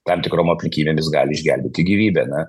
tam tikrom aplinkybėm jis gali išgelbėti gyvybę na